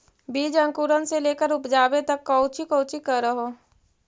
बीज अंकुरण से लेकर उपजाबे तक कौची कौची कर हो?